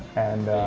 and